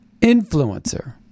influencer